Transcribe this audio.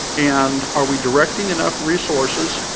and are we directing enough resources?